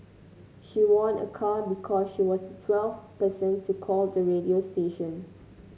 she won a car because she was the twelfth person to call the radio station